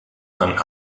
and